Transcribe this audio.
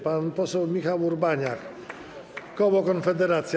Pan poseł Michał Urbaniak, koło Konfederacja.